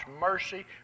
mercy